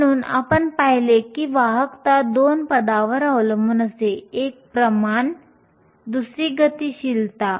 म्हणून आपण पाहिले की वाहकता दोन पदांवर अवलंबून असते एक प्रमाण दुसरी गतिशीलता